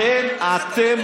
ככה אתה מדבר על בגין?